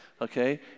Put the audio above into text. okay